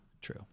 true